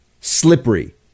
slippery